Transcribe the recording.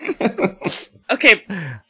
Okay